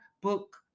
book